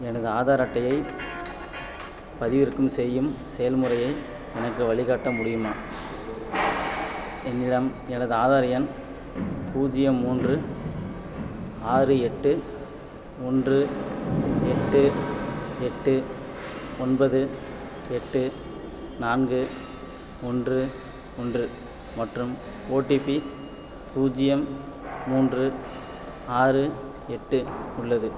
எனது ஆதார் அட்டையைப் பதிவிறக்கும் செய்யும் செயல்முறையை எனக்கு வழிகாட்ட முடியுமா என்னிடம் எனது ஆதார் எண் பூஜ்ஜியம் மூன்று ஆறு எட்டு ஒன்று எட்டு எட்டு ஒன்பது எட்டு நான்கு ஒன்று ஒன்று மற்றும் ஓடிபி பூஜ்ஜியம் மூன்று ஆறு எட்டு உள்ளது